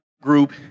group